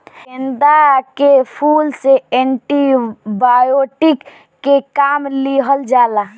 गेंदा के फूल से एंटी बायोटिक के काम लिहल जाला